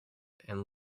and